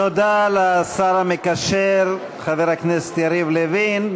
תודה לשר המקשר חבר הכנסת יריב לוין.